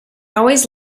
always